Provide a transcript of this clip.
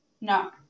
no